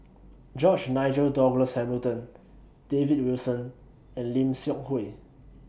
George Nigel Douglas Hamilton David Wilson and Lim Seok Hui